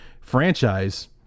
franchise